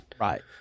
Right